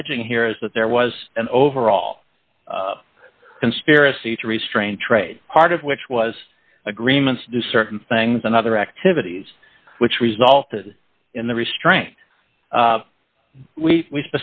alleging here is that there was an overall conspiracy to restrain trade part of which was agreements to do certain things and other activities which resulted in the restraint